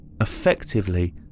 effectively